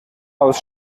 aus